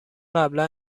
قبلا